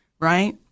right